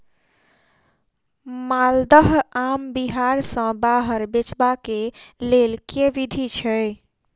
माल्दह आम बिहार सऽ बाहर बेचबाक केँ लेल केँ विधि छैय?